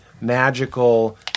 magical